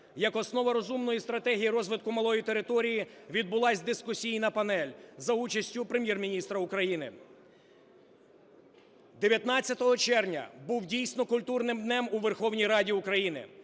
як основа розумної стратегії розвитку малої території" відбулася дискусійна панель за участю Прем’єр-міністра України. 19 червня був дійсно культурним днем у Верховній Раді України.